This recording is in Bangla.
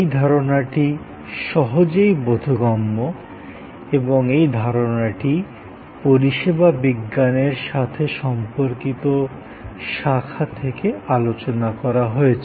এই ধারণাটি সহজেই বোধগম্য এবং এই ধারণাটি পরিষেবা বিজ্ঞানের সাথে সম্পর্কিত শাখা থেকে আলোচনা করা হয়েছে